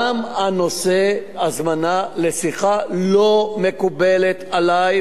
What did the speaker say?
גם הנושא "הזמנה לשיחה" לא מקובל עלי.